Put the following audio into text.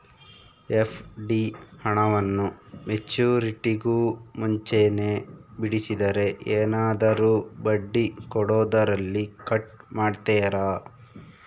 FD ಹಣವನ್ನು ಮೆಚ್ಯೂರಿಟಿಗೂ ಮುಂಚೆನೇ ಬಿಡಿಸಿದರೆ ಏನಾದರೂ ಬಡ್ಡಿ ಕೊಡೋದರಲ್ಲಿ ಕಟ್ ಮಾಡ್ತೇರಾ?